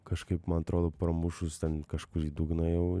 kažkaip man atrodo pramušus ten kažkur į dugną jau